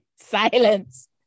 Silence